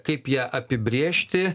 kaip ją apibrėžti